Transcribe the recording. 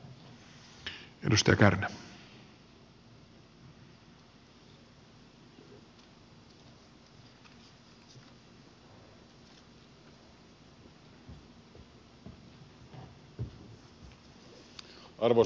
arvoisa puhemies